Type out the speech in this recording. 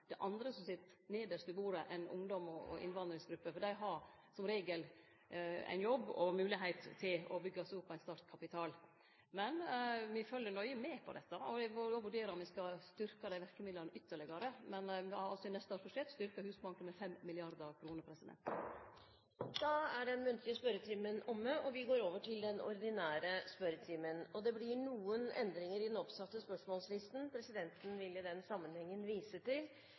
Det er andre som sit nedst ved bordet enn ungdom og innvandrargrupper, for dei har som regel ein jobb og moglegheit til å byggje seg opp ein startkapital. Me følgjer nøye med på dette, og det er vår jobb å vurdere om me skal styrkje dei verkemidla ytterlegare. Men i neste års budsjett har me altså styrkt Husbanken med 5 mrd. kr. Dermed er den muntlige spørretimen omme, og vi går over til den ordinære spørretimen. Det blir noen endringer i den oppsatte spørsmålslisten, og presidenten viser i den sammenheng til